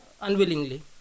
unwillingly